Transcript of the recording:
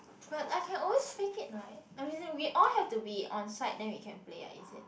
but I can always fake it right I mean we all have to be on site then we can play ah is it